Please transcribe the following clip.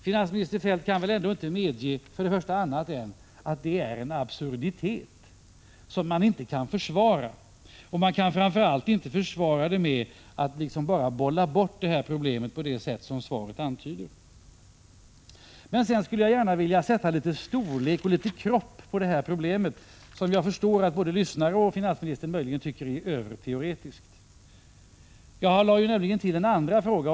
Finansminister Feldt kan väl ändå inte medge annat än att detta först och främst är en absurditet som man inte kan försvara. Framför allt kan man inte försvara den genom att bolla bort problemet på det sätt som interpellationssvaret antyder. Sedan skulle jag gärna vilja sätta litet storlek och kropp på problemet, som jag förstår att både lyssnare och finansministern möjligen tycker är överteoretiskt. Jag lade nämligen till en andra fråga.